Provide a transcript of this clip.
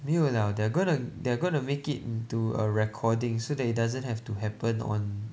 没有了 they are gonna they are gonna make it into a recording so that it doesn't have to happen on